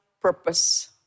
purpose